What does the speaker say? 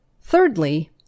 Thirdly